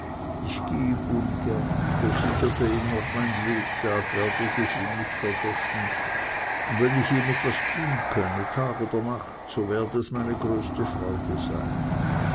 ich ging ungern versicherte ihm noch mein lebtag werde ich es ihm nicht vergessen und wenn ich ihm etwas tun könne tag oder nacht so werde es meine größte freude sein